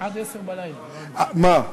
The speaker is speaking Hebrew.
עד 22:00. מה?